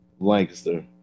Lancaster